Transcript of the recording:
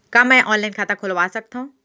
का मैं ऑनलाइन खाता खोलवा सकथव?